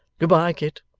good bye, kit.